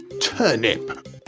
Turnip